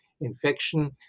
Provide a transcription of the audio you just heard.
infection